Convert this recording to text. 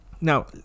Now